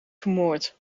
vermoord